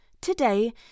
today